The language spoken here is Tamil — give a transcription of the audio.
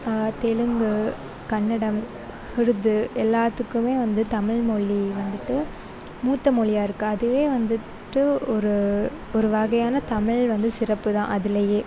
தெலுங்கு கன்னடம் உருது எல்லாத்துக்குமே வந்து தமிழ் மொழி வந்துட்டு மூத்த மொழியாயிருக்கு அதுவே வந்துவிட்டு ஒரு ஒரு வகையான தமிழ் வந்து சிறப்புதான் அதுலையே